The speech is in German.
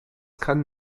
kann